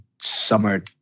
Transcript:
summer